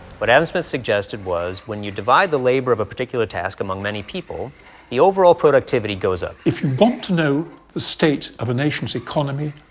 what adam smith suggested was when you divide the labor of a particular task among many people the overall productivity goes up. if you want to know the state of a nation's economy,